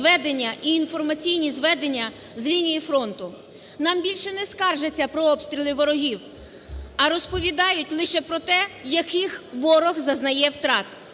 і інформаційні зведення з лінії фронту? Нам більше не скаржаться про обстріли ворогів, а розповідають лише про те, яких ворог зазнає втрат.